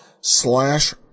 slash